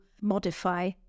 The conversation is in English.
modify